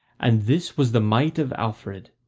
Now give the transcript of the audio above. and this was the might of alfred,